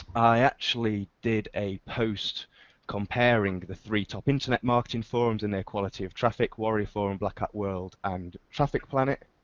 i actually did a post comparing the three top internet marketing forums and their quality of traffic. warrior forum, black cat world and traffic planet.